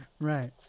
Right